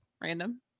random